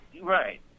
right